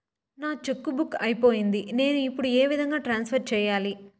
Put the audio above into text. నా cheque book అయిపోయింది నేను ఇప్పుడు ఏ విధంగా ట్రాన్స్ఫర్ సేయాలి?